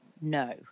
no